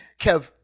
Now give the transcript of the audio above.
Kev